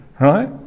right